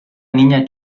niña